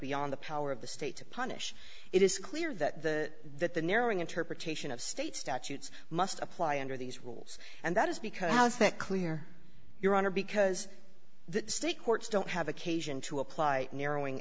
beyond the power of the state to punish it is clear that the that the narrowing interpretation of state statutes must apply under these rules and that is because how is that clear your honor because the state courts don't have occasion to apply narrowing